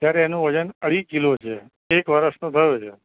અત્યારે એનું વજન અઢી કિલો છે એક વરસનો થયો છે